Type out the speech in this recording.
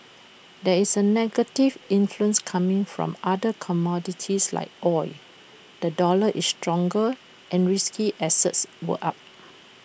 there is A negative influence coming from other commodities like oil the dollar is stronger and risky assets are up